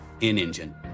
in-engine